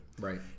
Right